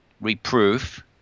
reproof